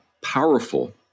powerful